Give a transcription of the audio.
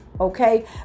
okay